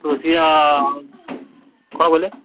ରୋଷେୟା କ'ଣ କହିଲେ